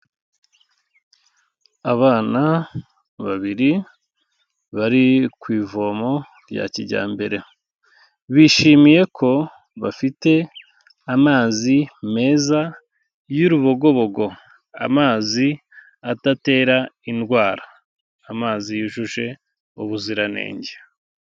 Abana babiri bari ku ivomo rya kijyambere bishimiye ko bafite amazi meza y'urubogobogo amazi adatera indwara, amazi yujuje ubuziranenge.